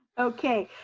okay,